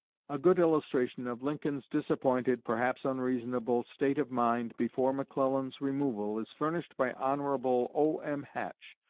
a good illustration of lincoln's disappointed, perhaps unreasonable, state of mind before mcclellan's removal is furnished by hon. o m. hatch,